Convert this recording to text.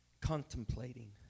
contemplating